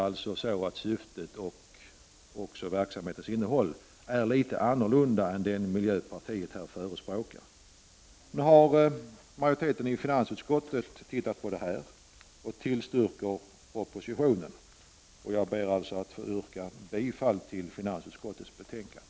Syftet med verksamheten och verksamhetens innehåll är litet annorlunda än vad miljöpartiet förespråkar. Nu har finansutskottet tittat på det här och majoriteten tillstyrker propositionen. Jag ber att få yrka bifall till finansutskottets hemställan.